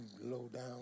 low-down